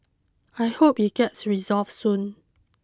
I hope it gets resolved soon